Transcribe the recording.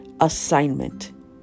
assignment